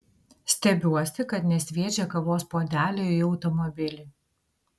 stebiuosi kad nesviedžia kavos puodelio į automobilį